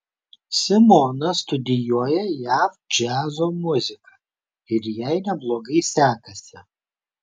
simona studijuoja jav džiazo muziką ir jai neblogai sekasi